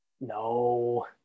No